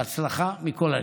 בהצלחה מכל הלב.